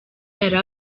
yari